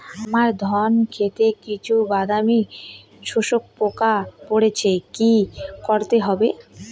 আমার ধন খেতে কিছু বাদামী শোষক পোকা পড়েছে কি করতে হবে?